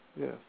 yes